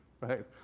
right